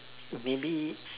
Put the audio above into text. maybe